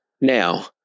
Now